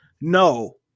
no